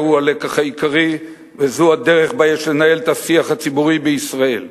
זהו הלקח העיקרי וזו הדרך שבה יש לנהל את השיח הציבורי בישראל,